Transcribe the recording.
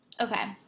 okay